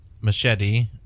Machete